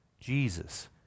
Jesus